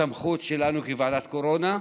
הסמכות שלנו כוועדת קורונה,